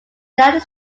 united